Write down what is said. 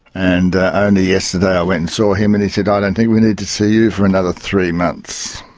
and only ah and yesterday i went and saw him and he said, i don't think we need to see you for another three months.